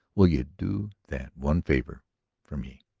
will you do that one favor for me?